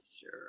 Sure